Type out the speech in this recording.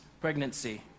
pregnancy